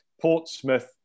Portsmouth